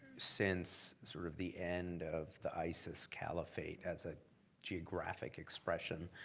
since sort of the end of the isis caliphate as a geographic expression